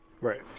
Right